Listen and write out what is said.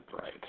right